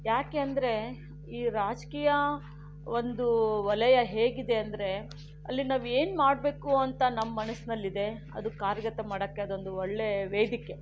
ಯಾಕೆ ಅಂದರೆ ಈ ರಾಜಕೀಯ ಒಂದು ವಲಯ ಹೇಗಿದೆ ಅಂದರೆ ಅಲ್ಲಿ ನಾವೇನು ಮಾಡಬೇಕು ಅಂತ ನಮ್ಮನಸ್ಸಿನಲ್ಲಿ ಇದೆ ಅದು ಕಾರ್ಯಗತ ಮಾಡೋಕ್ಕೆ ಅದೊಂದು ಒಳ್ಳೆಯ ವೇದಿಕೆ